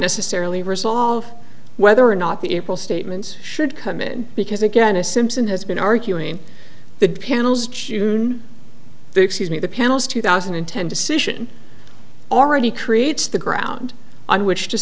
necessarily resolve whether or not the it will statements should come in because again a simpson has been arguing the panel's chuen excuse me the panel's two thousand and ten decision already creates the ground on which to